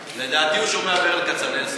לדעתי הוא שומע ברל כצנלסון,